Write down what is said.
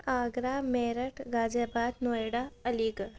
Agra Meerut Ghaziabad Noida Ali Garh